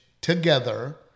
Together